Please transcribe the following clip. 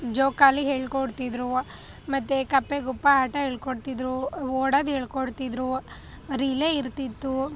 ಜೋಕಾಲಿ ಹೇಳ್ಕೊಡ್ತಿದ್ದರು ಮತ್ತೆ ಕಪ್ಪೆ ಗುಪ್ಪ ಆಟ ಹೇಳ್ಕೊಡ್ತಿದ್ರು ಓಡೋದು ಹೇಳ್ಕೊಡ್ತಿದ್ರು ರಿಲೇ ಇರ್ತಿತ್ತು